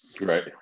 right